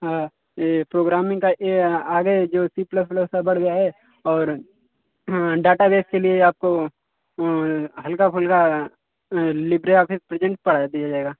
ये प्रोग्रामिंग का ए आगे जो सी प्लस प्लस है बढ़ गया है और डाटाबेस के लिए आपको हल्का फुल्का लिप्रिया आफिस प्रेजेंट पढ़ा दिया जाएगा